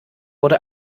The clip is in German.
wurde